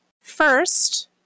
First